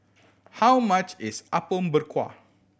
how much is Apom Berkuah